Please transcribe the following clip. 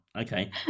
okay